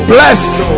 Blessed